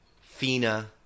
FINA